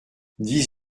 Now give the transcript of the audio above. dix